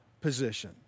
position